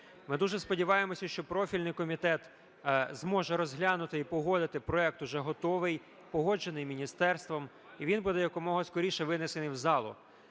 Ми дуже сподіваємося, що профільний комітет зможе розглянути і погодити проект уже готовий, погоджений міністерством, і він буде якомога скоріше винесений в залу.